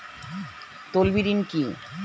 তলবি ঋণ কি?